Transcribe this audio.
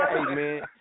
man